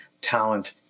talent